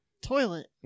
Toilet